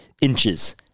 Inches